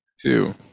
two